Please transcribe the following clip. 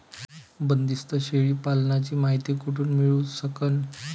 बंदीस्त शेळी पालनाची मायती कुठून मिळू सकन?